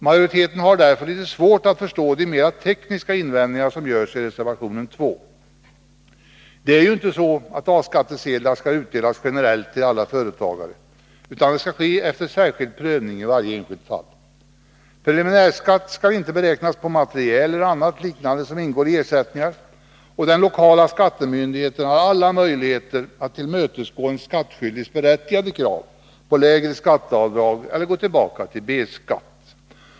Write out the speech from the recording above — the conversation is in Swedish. Majoriteten har därför litet svårt att förstå de mera tekniska invändningar som görs i reservationen 2. Det är ju inte så att A-skattesedlar skall utdelas generellt till alla företagare, utan det skall ske efter särskild prövning i varje enskilt fall. Preliminärskatt skall inte beräknas på material o. d. som ingår i ersättningar och den lokala skattemyndigheten har alla möjligheter att tillmötesgå en skattskyldigs berättigade krav på lägre skatteavdrag eller gå tillbaka till B-skatt.